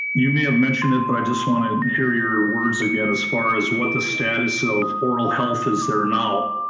you may have mentioned it, but i just wanna hear your words again, as far as what the status of oral health is there now,